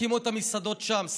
תקימו את המסעדות שם,